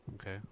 Okay